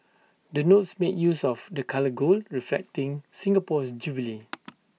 the notes make use of the colour gold reflecting Singapore's jubilee